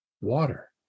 water